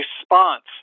response